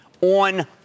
on